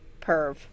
perv